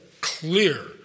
clear